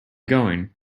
going